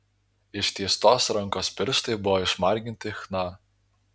ištiestos rankos pirštai buvo išmarginti chna